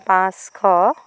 পাঁচশ